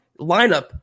lineup